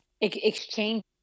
exchange